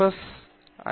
ஸ் ஐ